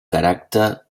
caràcter